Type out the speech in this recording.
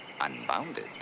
unbounded